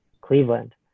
Cleveland